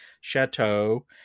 chateau